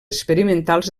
experimentals